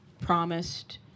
promised